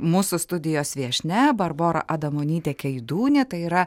mūsų studijos viešnia barbora adamonytė keidūnė tai yra